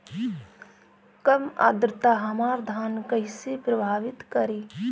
कम आद्रता हमार धान के कइसे प्रभावित करी?